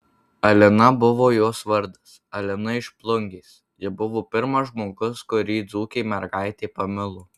alina buvo jos vardas alina iš plungės ji buvo pirmas žmogus kurį dzūkė mergaitė pamilo